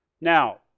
Now